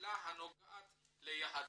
שאלה הנוגעת ליהדותו,